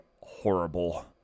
horrible